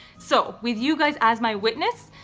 so with you guys as my witness,